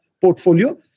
portfolio